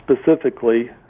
specifically